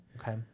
Okay